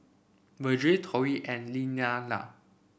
Virgel Torrie and Lillianna